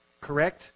Correct